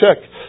check